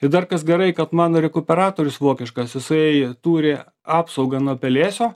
ir dar kas gerai kad mano rekuperatorius vokiškas jisai turi apsaugą nuo pelėsio